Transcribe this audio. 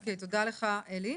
אוקיי, תודה לך אלי.